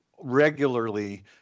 regularly